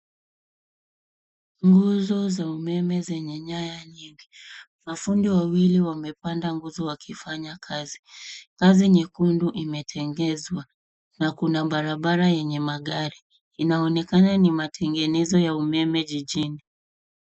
Nguzo za umeme zenye nyaya nyingi. Mafundi wawili wamepanda nguzo wakifanya kazi. Ngazi nyekundu imetengezwa na kuna barabara enye magari. Inaonekana ni matengenezo ya umeme jijini.